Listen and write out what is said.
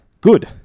good